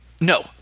No